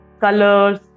colors